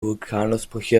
vulkanausbrüche